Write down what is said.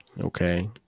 Okay